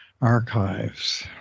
archives